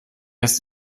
ist